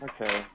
Okay